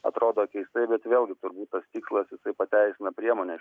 atrodo keistai bet vėlgi turbūt tas tikslas pateisina priemones